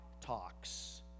talks